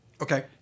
Okay